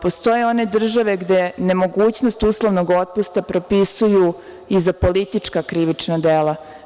Postoje one države gde nemogućnost uslovnog otpusta propisuju i za politička krivična dela.